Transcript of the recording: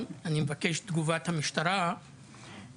ואבקש גם את תגובת המשטרה בעניין הזה,